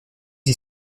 est